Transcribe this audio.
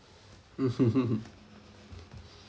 mmhmm mmhmm